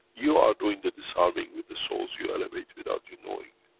you are doing the disarming with the souls you elevate without you knowing,